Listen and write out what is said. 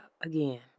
again